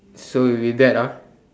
so with that ah